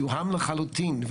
זוהם לחלוטין.